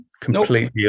completely